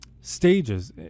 stages